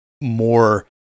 more